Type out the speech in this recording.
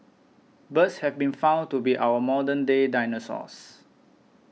birds have been found to be our modern day dinosaurs